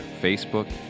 Facebook